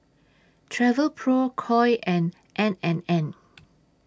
Travelpro Koi and N and N